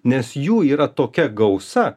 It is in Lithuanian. nes jų yra tokia gausa